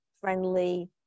friendly